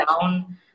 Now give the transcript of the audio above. down